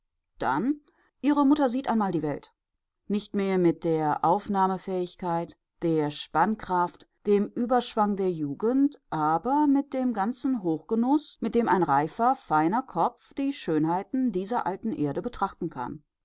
dann ihre mutter sieht einmal die welt nicht mehr mit der aufnahmefähigkeit der spannkraft dem überschwang der jugend aber mit dem ganzen hochgenuß mit dem ein reifer feiner kopf die schönheiten dieser alten erde betrachten kann